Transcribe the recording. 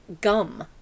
Gum